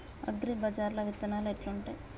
అగ్రిబజార్ల విత్తనాలు ఎట్లుంటయ్?